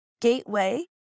gateway